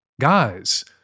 guys